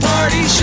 Party